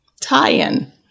Tie-in